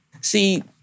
see